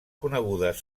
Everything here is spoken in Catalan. conegudes